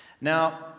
Now